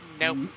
Nope